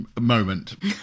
moment